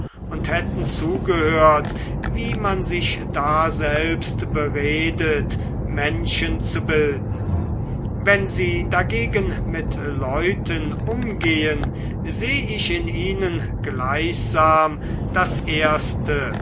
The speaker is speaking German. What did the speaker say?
und hätten zugehört wie man sich daselbst beredet menschen zu bilden wenn sie dagegen mit leuten umgehen seh ich in ihnen gleichsam das erste